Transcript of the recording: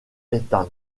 ethan